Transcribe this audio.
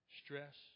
stress